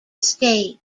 state